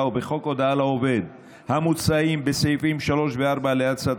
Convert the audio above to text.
ובחוק הודעה לעובד המוצעים בסעיפים 3 ו-4 להצעת